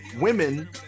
women